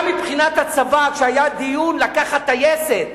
גם מבחינת הצבא, כשהיה דיון, לקחת טייסת,